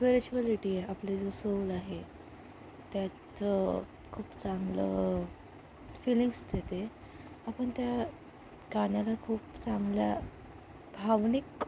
spirituality आहे आपलं जे सोल आहे त्याचं खूप चांगलं फीलिंग्स देते आपण त्या गाण्याला खूप चांगल्या भावनिक